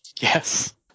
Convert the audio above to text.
Yes